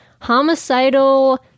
homicidal